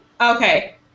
Okay